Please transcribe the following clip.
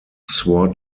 swore